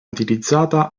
utilizzata